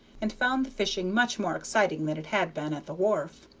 and found the fishing much more exciting than it had been at the wharf.